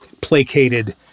placated